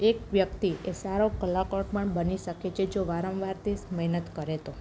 એક વ્યક્તિ સારો કલાકાર પણ બની શકે છે જો વારંવાર તે મહેનત કરે તો